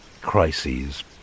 crises